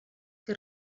que